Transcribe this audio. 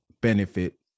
benefit